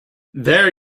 there